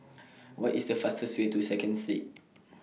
What IS The fastest Way to Second Street